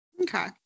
Okay